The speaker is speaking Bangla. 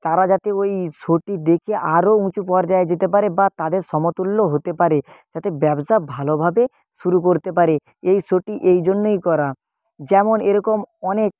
তারা যাতে ওই শোটি দেখে আরও উঁচু পর্যায়ে যেতে পারে বা তাদের সমতুল্য হতে পারে যাতে ব্যবসা ভালোভাবে শুরু করতে পারে এই শোটি এই জন্যেই করা যেমন এরকম অনেক